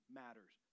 matters